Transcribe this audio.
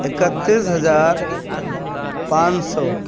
اکتیس ہزار پانچ سو